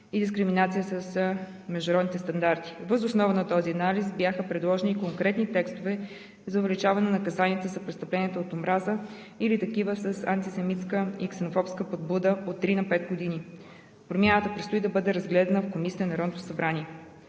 и дискриминация с международните стандарти. Въз основа на този анализ бяха предложени и конкретни текстове за увеличаване на наказанията за престъпленията от омраза или такива с антисемитска и ксенофобска подбуда от три на пет години. Промяната предстои да бъде разгледана в комисиите на Народното събрание.